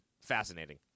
fascinating